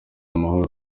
amahoro